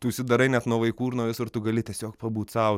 tu užsidarai net nuo vaikų ir nuo visur tu gali tiesiog pabūti sau